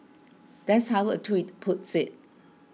that's how a tweet puts it